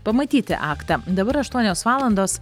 pamatyti aktą dabar aštuonios valandos